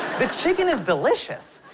the chicken is delicious,